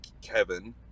Kevin